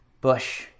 bush